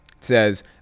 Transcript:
says